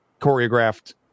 choreographed